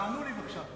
תענו לי בבקשה.